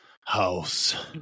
house